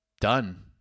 done